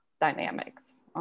dynamics